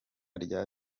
rya